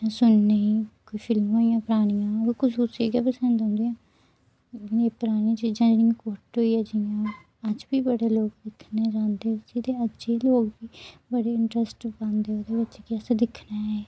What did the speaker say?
जां सुनने ई कोई फिल्मां होइयां परानियां ओह् कुसै कुसै गी गै पसंद औंदियां मिगी परानियां चीज़ां होइयां जेह्ड़ियां कुड्ड होइया जियां अज्ज बी बड़े दिक्खने जां जित्थें अज्ज एह् लोक बड़े इंटरस्ट पांदे ओह्दे बिच की असें दिक्खने ई